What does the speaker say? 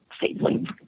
safely